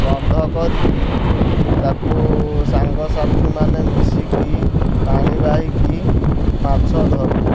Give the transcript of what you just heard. ବନ୍ଧ କରିକି ତାକୁ ସାଙ୍ଗ ସାଥିମାନେ ମିଶିକି ପାଣି ବାହିକି ମାଛ ଧରୁ